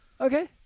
Okay